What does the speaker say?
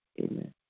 Amen